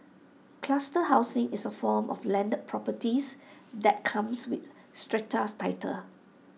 cluster housing is A form of landed properties that comes with strata titles